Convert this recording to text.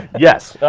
yes,